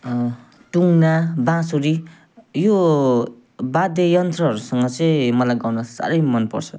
टुङ्ना बाँसुरी यो वाद्ययन्त्रहरूसँग चाहिँ मलाई गाउन साह्रै मन पर्छ